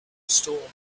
storms